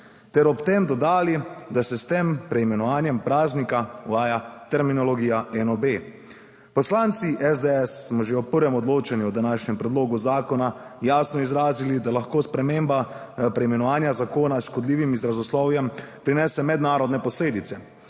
tem so dodali, da se s tem preimenovanjem praznika uvaja terminologija NOB. Poslanci SDS smo že ob prvem odločanju o današnjem predlogu zakona jasno izrazili, da lahko sprememba preimenovanja zakona s škodljivim izrazoslovjem prinese mednarodne posledice.